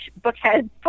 bookhead